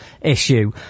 issue